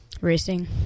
Racing